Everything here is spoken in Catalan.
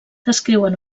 descriuen